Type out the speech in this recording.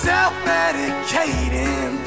self-medicating